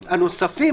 הנוספים,